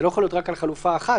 זה לא יכול להיות רק על חלופה אחת,